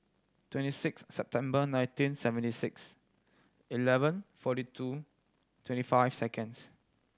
twenty six September nineteen seventy six eleven forty two twenty five seconds